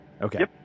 Okay